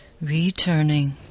Returning